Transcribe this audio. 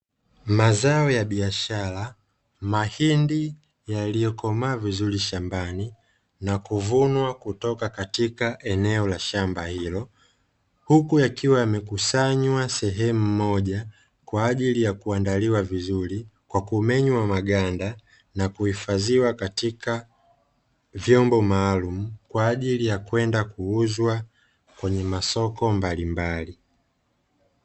Mazao ya biashara, mahindi yaliyokomaa vizuri shambani na kuvunwa kutoka katika eneo la shamba hilo, huku yakiwa yamekusanywa sehemu moja, kwa ajili ya kuandaliwa vizuri, kwa kumenywa maganda na kuhifadhiwa katika vyombo maalumu, kwa ajili ya kwenda kuuzwa kwenye masoko mbalimbali.